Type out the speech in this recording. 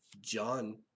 John